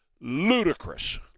ludicrous